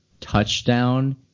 touchdown